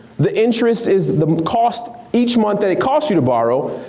the interest is the cost each month that it costs you to borrow,